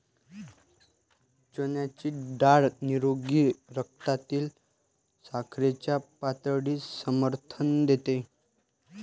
चण्याची डाळ निरोगी रक्तातील साखरेच्या पातळीस समर्थन देते